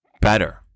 better